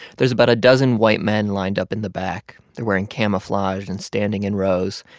there's about a dozen white men lined up in the back. they're wearing camouflage and standing in rows.